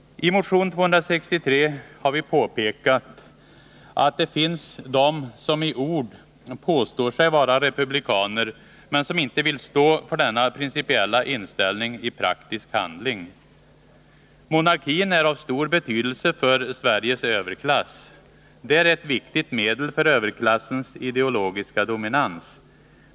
I motion 263 har vi påpekat att det finns de som i ord påstår sig vara republikaner men som inte vill stå för denna principiella inställning i praktisk handling. Monarkin är av stor betydelse för Sveriges överklass. Den är ett viktigt medel för överklassens ideologiska dominans.